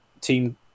team